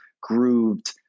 grooved